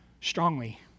strongly